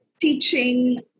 teaching